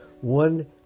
one